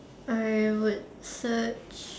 I would search